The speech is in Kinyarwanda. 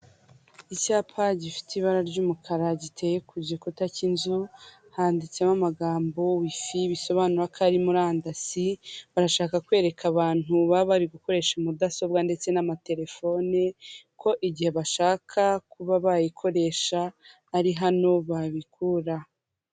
Ni inyubako iriho icyapa, kigaragaza ko ari mu karere ka Nyanza, uruganda rutunganya ibikomoka ku nka. Hari amata, hari yawurute, hari ayo mu tujerekani, ndetse n'amata yo mu dukombe. Uru ruganda ruherereye i Nyanza.